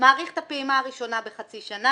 הפעימה הראשונה בחצי שנה.